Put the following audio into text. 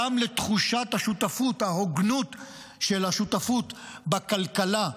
גם לתחושת השותפות, ההוגנות של השותפות בכלכלה,